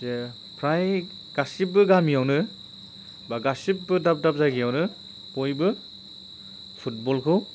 जे फ्राय गासैबो गामियावनो एबा गासैबो दाब दाब जायगायावनो बयबो फुटबलखौ